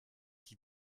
qui